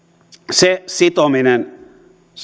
se sitominen